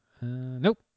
Nope